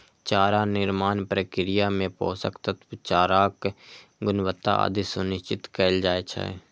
चारा निर्माण प्रक्रिया मे पोषक तत्व, चाराक गुणवत्ता आदि सुनिश्चित कैल जाइ छै